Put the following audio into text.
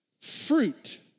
fruit